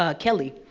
ah kelly,